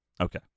Okay